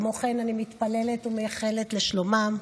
כמו כן אני מתפללת ומייחלת לשלומם,